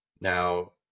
Now